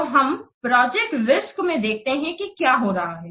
तो हम project risk में देखते हैं क्या हो रहा है